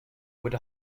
with